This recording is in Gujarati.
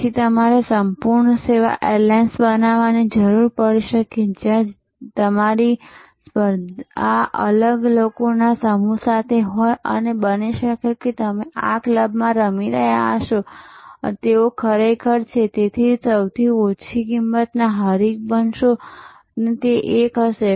પછી તમારે સંપૂર્ણ સેવા એરલાઇન્સ બનવાની જરૂર પડી શકે છે જ્યાં તમારી સ્પર્ધા અલગ લોકો નો સમૂહ સાથે હોય અને બની શકે કે તમે આ ક્લબમાં રમી રહ્યા હશો અને તેઓ ખરેખર છે તેથી તમે સૌથી ઓછી કિંમતના હરીફ બનશો અને તે એક હશે